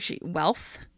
wealth